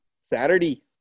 Saturday